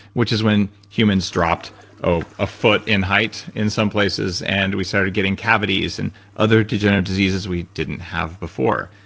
which is when humans dropped oh, a foot in height in some places and we started getting cavities and other degenerative diseases we didn't have before.